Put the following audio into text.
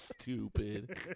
Stupid